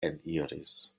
eniris